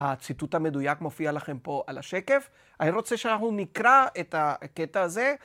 הציטוט המדויק מופיע לכם פה על השקף. אני רוצה שאנחנו נקרא את הקטע הזה.